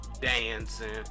dancing